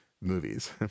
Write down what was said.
movies